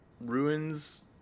ruins